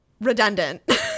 redundant